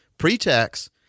pre-tax